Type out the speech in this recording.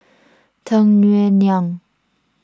Tung Yue Nang